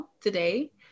today